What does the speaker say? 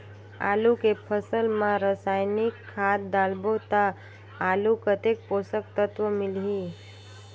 आलू के फसल मा रसायनिक खाद डालबो ता आलू कतेक पोषक तत्व मिलही?